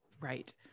Right